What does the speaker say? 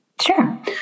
Sure